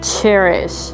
cherish